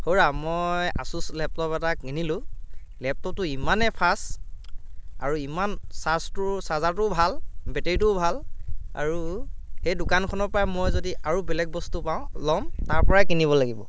হৌৰা মই আছুচ লেপটপ এটা কিনিলো লেপটপটো ইমানেই ফাষ্ট আৰু ইমান চাৰ্চটো চাৰ্জাৰটোও ভাল বেটেৰীটোও ভাল আৰু সেই দোকানখনৰ পৰায়ে মই যদি আৰু বেলেগ বস্তু পাওঁ লম তাৰপৰায়ে কিনিব লাগিব